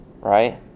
right